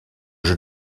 jeu